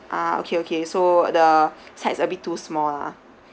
ah okay okay so the sides a bit too small lah